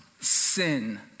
sin